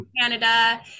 Canada